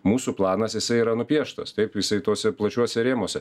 mūsų planas jisai yra nupieštas taip jisai tuose plačiuose rėmuose